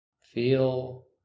Feel